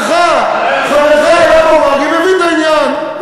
הנה, חברך, חברך יעקב מרגי מבין בעניין.